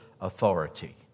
authority